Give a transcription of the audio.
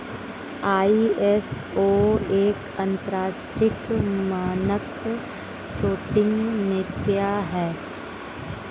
ISO एक अंतरराष्ट्रीय मानक सेटिंग निकाय है